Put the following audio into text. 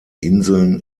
inseln